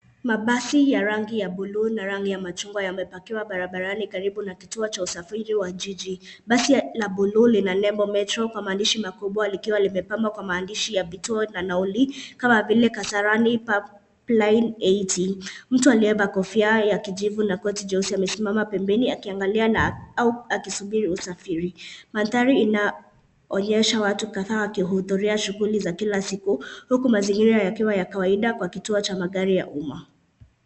Mabasi ya rangi ya blue na rangi ya machungwa yamepakiwa barabarani karibu na kituo cha usafiri wa jiji. Basi la blue lina lebo Metro kwa maandishi makubwa likiwa limepabwa na maandishi ya vituo na nauli, kama vile Kasarani, Pipeline 80 .Mtu aliyevaa kofia ya kijivu na shati jeusi amesimama pembeni akiangalia au akisubiri usafiri. Madhari inaonyesha watu kadhaa wakiudhuria shuguli za kila siku uku mazingira yakiwa ya kawaida kwa kituo cha magari ya uma.